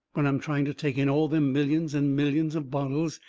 when i am trying to take in all them millions and millions of bottles,